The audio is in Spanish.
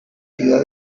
ciudad